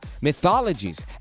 Mythologies